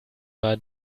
war